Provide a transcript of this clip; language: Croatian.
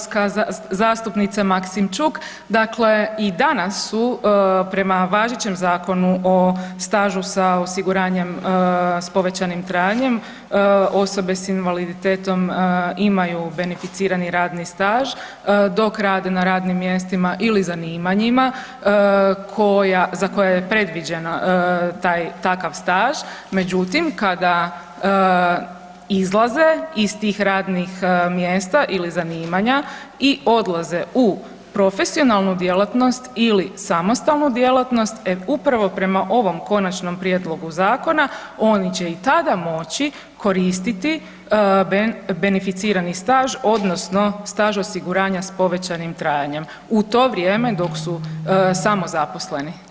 Hvala vam poštovana saborska zastupnice Maksimčuk, dakle i danas su prema važećem Zakonu o stažu sa osiguranjem s povećanim trajanjem osobe s invaliditetom imaju beneficirani radni staž dok rade na radnim mjestima ili zanimanjima koja, za koja je predviđen taj, takav staž, međutim kada izlaze iz tih radnih mjesta ili zanimanja i odlaze u profesionalnu djelatnost ili samostalnu djelatnost e upravo prema ovom konačnom prijedlogu zakona oni će i tada moći koristiti beneficirani staž odnosno staž osiguranja s povećanim trajanjem u to vrijeme dok su samozaposleni.